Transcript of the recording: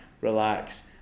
relax